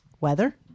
Weather